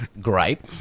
gripe